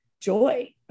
joy